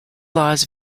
laws